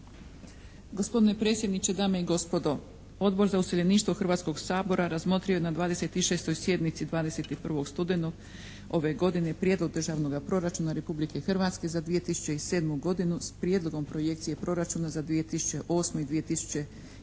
Gospodine predsjedniče, dame i gospodo! Odbor za useljeništvo Hrvatskoga sabora razmotrio je na 26. sjednici 21. studenog ove godine Prijedlog Državnog proračuna Republike Hrvatske za 2007. godinu s prijedlogom projekcije proračuna za 2008. i 2009.